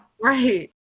right